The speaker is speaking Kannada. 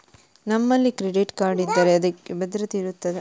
ನಮ್ಮಲ್ಲಿ ಕ್ರೆಡಿಟ್ ಕಾರ್ಡ್ ಇದ್ದರೆ ಅದಕ್ಕೆ ಭದ್ರತೆ ಇರುತ್ತದಾ?